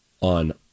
on